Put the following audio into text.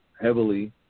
heavily